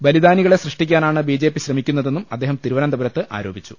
ബലിദാനികളെ സൃഷ്ടിക്കാനാണ് B J P ശ്രമിക്കുന്ന തെന്നും അദ്ദേഹം തിരുവനന്തപുരത്ത് ആരോപിച്ചു